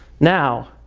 now,